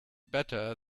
better